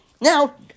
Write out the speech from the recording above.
Now